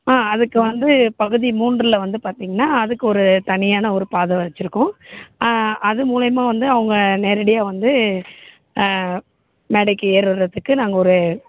ஆ அதுக்கு வந்து பகுதி மூன்றில் வந்து பார்த்தீங்கன்னா அதுக்கு ஒரு தனியான ஒரு பாதை வச்சுருக்கோம் அது மூலயமா வந்து அவங்க நேரடியாக வந்து மேடைக்கு ஏறுறத்துக்கு நாங்கள் ஒரு